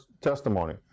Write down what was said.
testimony